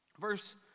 Verse